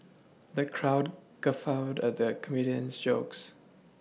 the crowd guffawed at the comedian's jokes